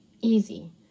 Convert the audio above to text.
easy